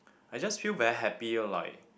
I just feel very happy or like